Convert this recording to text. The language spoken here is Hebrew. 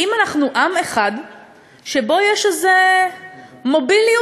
האם אנחנו עם אחד שיש בו מוביליות?